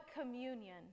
communion